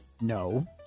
No